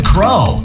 Crow